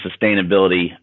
sustainability